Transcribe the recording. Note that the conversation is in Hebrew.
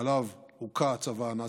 עליו הוכה הצבא הנאצי,